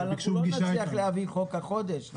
אבל אנחנו לא נצליח להעביר חוק החודש.